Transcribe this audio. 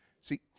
See